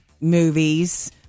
movies